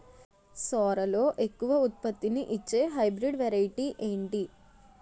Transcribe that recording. సోరలో ఎక్కువ ఉత్పత్తిని ఇచే హైబ్రిడ్ వెరైటీ ఏంటి?